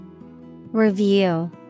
review